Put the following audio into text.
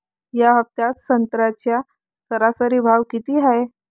या हफ्त्यात संत्र्याचा सरासरी भाव किती हाये?